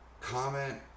Comment